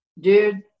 dude